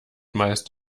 meist